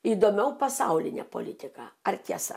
įdomiau pasaulinė politika ar tiesa